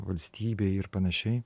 valstybei ir panašiai